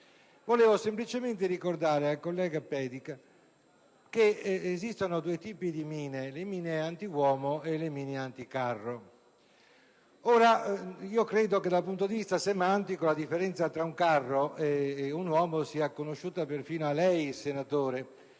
volevo semplicemente ricordare al collega Pedica che esistono due tipi di mine, le mine antiuomo e le mine anticarro. Ora, io credo che dal punto di vista semantico la differenza tra un carro e un uomo sia conosciuta persino a lei, senatore,